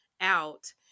out